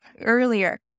earlier